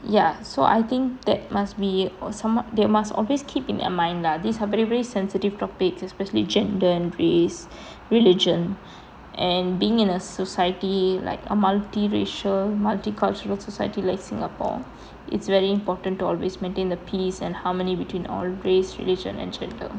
ya so I think that must be or someone they must always keep in mind lah these are very very sensitive topics especially gender and race religion and being in a society like a multiracial multicultural society like singapore it's very important to always maintain the peace and harmony between all race religion and gender